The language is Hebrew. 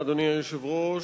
אדוני היושב-ראש,